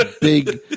big